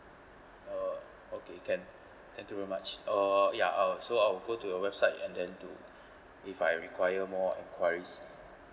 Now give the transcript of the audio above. uh okay can thank you very much uh ya uh so I'll go to the website and then to if I require more enquiries